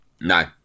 No